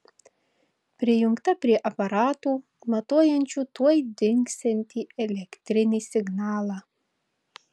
prijungta prie aparatų matuojančių tuoj dingsiantį elektrinį signalą